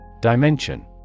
Dimension